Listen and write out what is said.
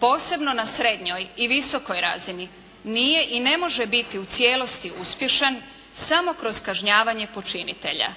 posebno na srednjoj i visokoj razini, nije i ne može biti u cijelosti uspješan samo kroz kažnjavanje počinitelja.